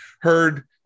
heard